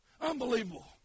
Unbelievable